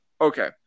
okay